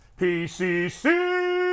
PCC